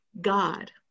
God